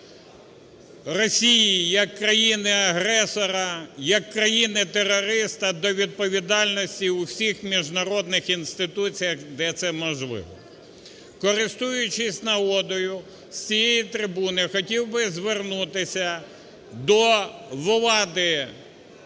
Росії як країни-агресора, як країни-терориста до відповідальності у всіх міжнародних інституціях, де це можливо. Користуючись нагодою, з цієї трибуни хотів би звернутися до влади